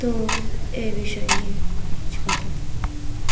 তো এই বিষয় নিয়ে কিছু কথা